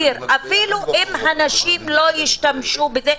פעמים לא ניתן לסייע בלי צווים של בית